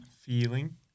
Feeling